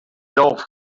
golf